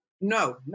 No